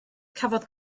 cafodd